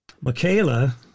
Michaela